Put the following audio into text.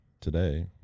today